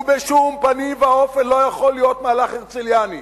הוא בשום פנים ואופן לא יכול להיות מהלך הרצליאני,